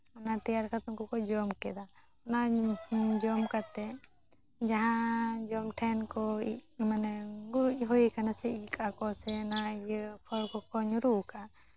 ᱚᱱᱟ ᱛᱮᱭᱟᱨ ᱠᱟᱛᱮᱫ ᱩᱱᱠᱩ ᱠᱚ ᱡᱚᱢ ᱠᱮᱫᱟ ᱚᱱᱟ ᱡᱚᱢ ᱠᱟᱛᱮᱫ ᱡᱟᱦᱟᱸ ᱡᱚᱢ ᱴᱷᱮᱱ ᱠᱚ ᱤᱡ ᱢᱟᱱᱮ ᱜᱩᱨᱤᱡ ᱦᱩᱭ ᱠᱟᱱᱟ ᱥᱮ ᱤᱡ ᱠᱟᱜᱼᱟᱠᱚ ᱥᱮ ᱚᱱᱟ ᱤᱭᱟᱹ ᱠᱷᱚᱲ ᱠᱚᱠᱚ ᱧᱩᱨᱩᱣ ᱠᱟᱜᱼᱟ